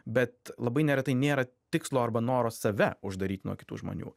bet labai neretai nėra tikslo arba noro save uždaryti nuo kitų žmonių